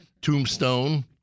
Tombstone